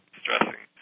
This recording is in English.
stressing